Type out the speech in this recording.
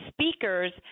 speakers